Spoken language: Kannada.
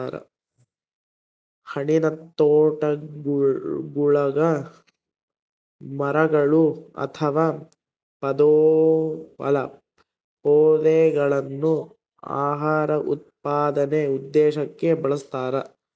ಹಣ್ಣಿನತೋಟಗುಳಗ ಮರಗಳು ಅಥವಾ ಪೊದೆಗಳನ್ನು ಆಹಾರ ಉತ್ಪಾದನೆ ಉದ್ದೇಶಕ್ಕ ಬೆಳಸ್ತರ